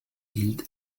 gilt